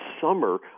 summer